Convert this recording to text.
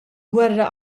gwerra